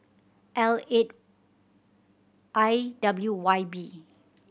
L eight I W Y B